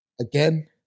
again